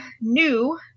new